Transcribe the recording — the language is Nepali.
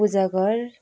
पूजा घर